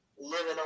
Living